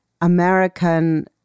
American